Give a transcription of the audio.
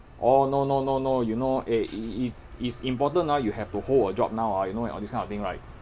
oh no no no no you know eh it's it's important ah you have to hold a job now ah you know all this kind of thing right